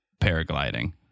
paragliding